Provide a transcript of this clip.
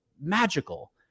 magical